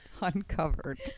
Uncovered